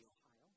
Ohio